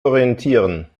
orientieren